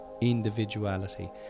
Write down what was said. individuality